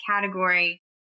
category